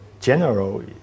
general